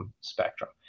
spectrum